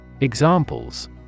EXAMPLES